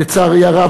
לצערי הרב,